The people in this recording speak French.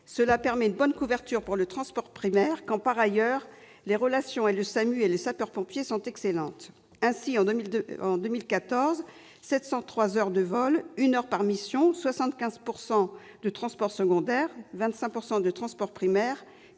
Cela permet une bonne couverture pour le transport primaire quand, par ailleurs, les relations entre le SAMU et les sapeurs-pompiers sont excellentes. Ainsi, en 2014, cet appareil a effectué 703 heures de vol, 1 heure par mission, 75 % de transports secondaires, 25 % de transports primaires,